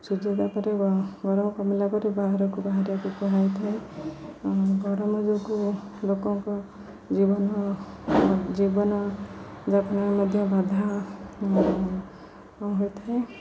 ସୁଯ୍ୟୋଦୟା ପରେ ଗରମ କମିଲା ପରେ ବାହାରକୁ ବାହାରିବାକୁ କୁହା ହେଇଥାଏ ଗରମ ଯୋଗୁଁ ଲୋକଙ୍କ ଜୀବନ ଜୀବନଯାପନରେ ମଧ୍ୟ ବାଧା ହୋଇଥାଏ